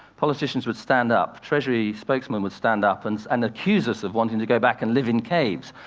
politicians would stand up, treasury spokesmen would stand up, and and accuse us of wanting to go back and live in caves.